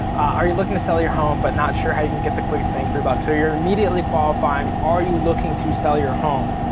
are you looking to sell your home, but not sure how you can get the quickest bang for your buck? so you're immediately qualifying, are you looking to sell your home?